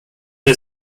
the